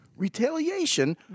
retaliation